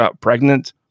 pregnant